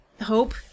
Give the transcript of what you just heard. hope